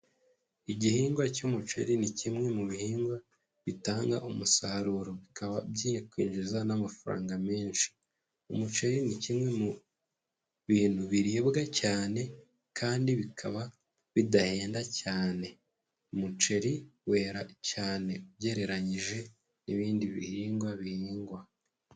Igihingwa cy'umuceri ni kimwe mu bihingwa bitanga umusaruro bikaba byakwinjiza n'amafaranga menshi, umuceri ni kimwe mu bintu biribwa cyane kandi bikaba bidahenda cyane, umuceri wera cyane ugereranyije n'ibindi bihingwa bihingwa.